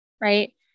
right